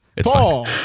Paul